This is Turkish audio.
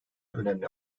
önemli